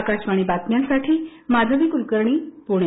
आकाशवाणी बातम्यांसाठी माधवी कुलकर्णी पुणे